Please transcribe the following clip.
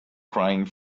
crying